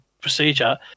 procedure